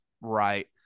right